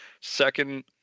second